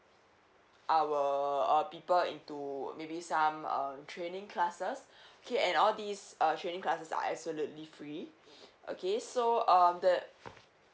our err people into maybe some uh training classes okay and all these err training class are absolutely free okay so um the